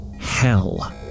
Hell